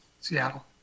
Seattle